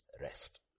rest